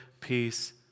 peace